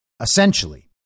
Essentially